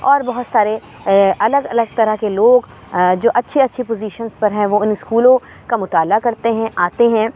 اور بہت سارے الگ الگ طرح کے لوگ جو اچھے اچھے پوزیشنز پر ہیں وہ اُن اسکولوں کا مطالعہ کرتے ہیں آتے ہیں